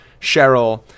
Cheryl